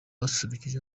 basusurukije